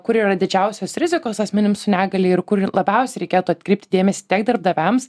kur yra didžiausios rizikos asmenims su negalia ir kur labiausiai reikėtų atkreipti dėmesį tiek darbdaviams